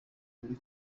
muri